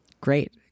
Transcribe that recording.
Great